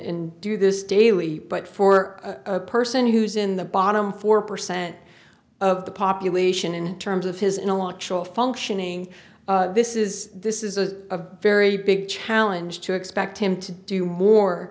n do this daily but for a person who's in the bottom four percent of the population in terms of his intellectual functioning this is this is a very big challenge to expect him to do more